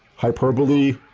hyperbole,